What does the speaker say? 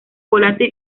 volátil